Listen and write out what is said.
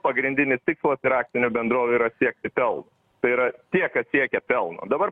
pagrindinis tikslas yra akcinių bendrovių yra siekti pelno tai yra tie kas siekia pelno dabar